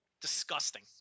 Disgusting